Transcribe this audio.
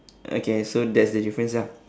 okay so that's the difference ah